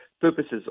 purposes